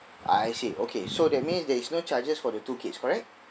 I see okay so that means there is no charges for the two kids correct